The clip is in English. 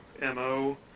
MO